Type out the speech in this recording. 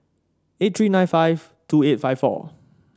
eight three nine five two eight five four